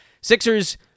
Sixers